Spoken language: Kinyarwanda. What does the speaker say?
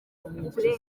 uburenganzira